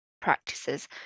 practices